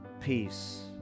peace